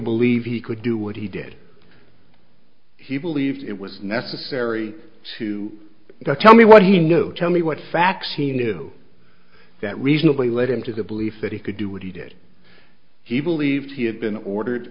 believe he could do what he did he believed it was necessary to tell me what he knew tell me what facts he knew that reasonably led him to the belief that he could do what he did he believed he had been ordered